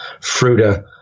Fruta